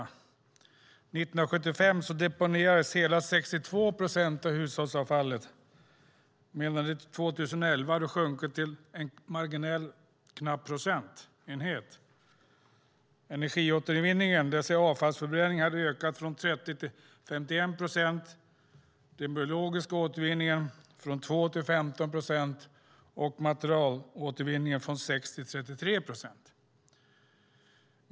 År 1975 deponerades hela 62 procent av hushållsavfallet. År 2011 hade det minskat till en knapp procent. Energiåtervinningen, det vill säga avfallsförbränningen, hade ökat från 30 till 51 procent, den biologiska återvinningen hade ökat från 2 till 15 procent, och materialåtervinningen hade ökat från 6 till 33 procent.